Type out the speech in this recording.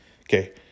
Okay